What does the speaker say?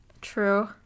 True